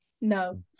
No